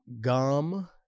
gum